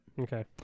Okay